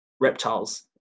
reptiles